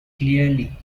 clearly